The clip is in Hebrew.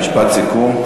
משפט סיכום.